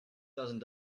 thousand